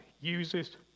uses